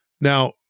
Now